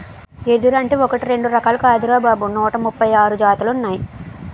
ఎదురంటే ఒకటీ రెండూ రకాలు కాదురా బాబూ నూట ముప్పై ఆరు జాతులున్నాయ్